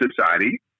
Society